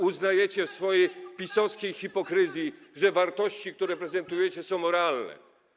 Uznajecie w swojej PiS-owskiej hipokryzji, że wartości, które prezentujecie, są moralne.